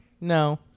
no